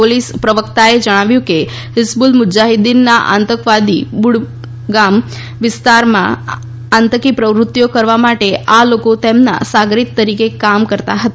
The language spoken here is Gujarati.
પોલીસ પ્રવક્તાએ જણાવ્યું કે હિઝબુલ મુજાહિદ્દીનના આતંકીઓને બુડગામ વિસ્તારમાં આતંકી પ્રવૃત્તિઓ કરવા માટે આ લોકો તેમના સાગરીત તરીકે કામ કરતા હતા